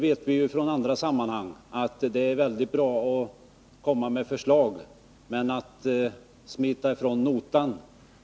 Det är väldigt lätt att komma med förslag, men sedan smiter ni från notan.